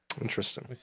Interesting